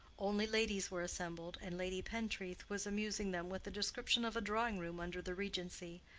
only ladies were assembled, and lady pentreath was amusing them with a description of a drawing-room under the regency,